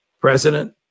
President